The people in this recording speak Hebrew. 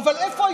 אבל הזמן נגמר.